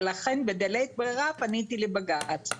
ולכן בדלית ברירה פניתי לבג"צ.